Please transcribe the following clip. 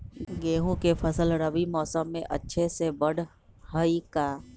गेंहू के फ़सल रबी मौसम में अच्छे से बढ़ हई का?